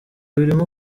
birimo